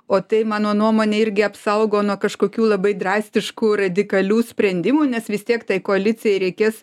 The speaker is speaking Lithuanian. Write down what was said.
o tai mano nuomone irgi apsaugo nuo kažkokių labai drastiškų radikalių sprendimų nes vis tiek tai koalicijai reikės